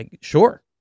sure